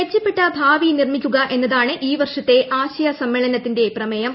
മെച്ചപ്പെട്ട ഭാവി നിർമ്മിക്കുക എന്നതാണ് ഈ വർഷത്തെ ആശയ സമ്മേളനത്തിന്റെ പ്രിമേയം